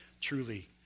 truly